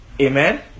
amen